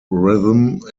rhythm